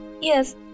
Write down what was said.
Yes